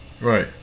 Right